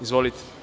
Izvolite.